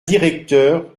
directeurs